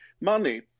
money